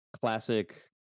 classic